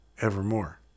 evermore